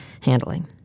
handling